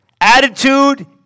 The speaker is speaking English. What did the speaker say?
Attitude